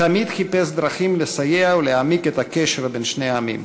תמיד חיפש דרכים לסייע להעמיק את הקשר בין שני העמים.